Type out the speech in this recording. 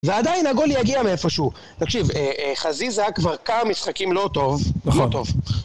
ועדיין הגול יגיע מאיפשהו תקשיב, חזיזה כבר כמה משחקים לא טוב נכון